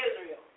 Israel